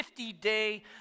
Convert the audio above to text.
50-day